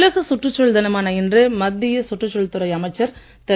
உலகச் சுற்றுச்சூழல் தினமான இன்று மத்திய சுற்றுச்சூழல் துறை அமைச்சர் திரு